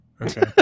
Okay